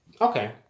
Okay